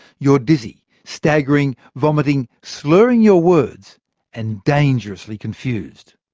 you're dizzy, staggering, vomiting, slurring your words and dangerously confused.